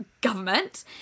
government